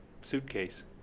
suitcase